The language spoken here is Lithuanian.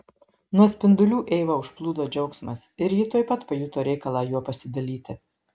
nuo spindulių eivą užplūdo džiaugsmas ir ji tuoj pat pajuto reikalą juo pasidalyti